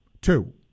two